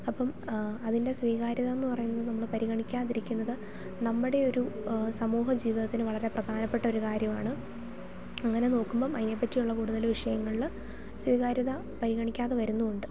അപ്പം അതിൻറ്റെ സ്വീകാര്യത എന്ന് പറയുന്നത് നമ്മൾ പരിഗണിക്കാതെ ഇരിക്കുന്നത് നമ്മുടെ ഒരു സമൂഹജീവിതത്തിന് വളരെ പ്രധാനപ്പെട്ട ഒരു കാര്യമാണ് അങ്ങനെ നോക്കുമ്പം അതിനെ പറ്റിയുള്ള കൂടുതൽ വിഷയങ്ങളിൽ സ്വീകാര്യത പരിഗണിക്കാതെ വരുന്നും ഉണ്ട്